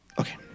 Okay